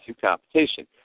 competition